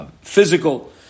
physical